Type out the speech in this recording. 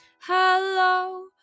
Hello